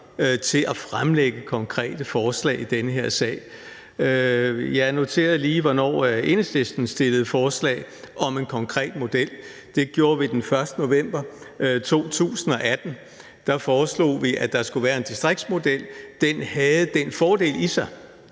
til at fremlægge konkrete forslag i den her sag. Jeg noterede lige, hvornår Enhedslisten fremsatte beslutningsforslag om en konkret model; det gjorde vi den 1. november 2018. Der foreslog vi, at der skulle være en distriktsmodel. Den havde den fordel i sig,